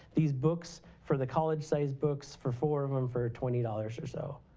these books, for the college sized books, for four of them for twenty dollars or so.